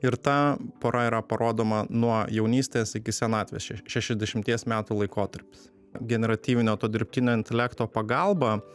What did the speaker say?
ir ta pora yra parodoma nuo jaunystės iki senatvės še šešiasdešimties metų laikotarpis generatyvinio to dirbtinio intelekto pagalba